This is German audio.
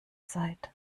seid